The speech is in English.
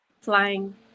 Flying